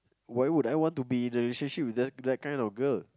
why would I want to be in a relationship with that that kind of girl